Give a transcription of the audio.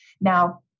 now